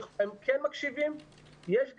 הם כן מקשיבים ויש דיבור.